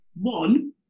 One